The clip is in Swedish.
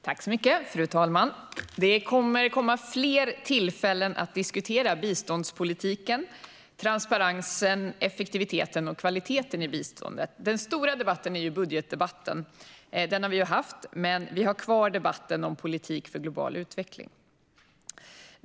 Fru talman! Det kommer att komma fler tillfällen att diskutera biståndspolitiken, transparensen, effektiviteten och kvaliteten i biståndet. Den stora debatten är budgetdebatten. Den har vi ju haft, men vi har kvar debatten om politik för global utveckling.